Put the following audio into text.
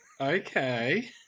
Okay